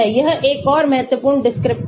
यह एक और महत्वपूर्ण descriptor है